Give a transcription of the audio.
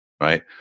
right